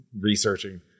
researching